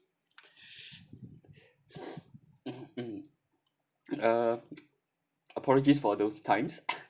mm mm uh apologies for those times